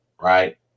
right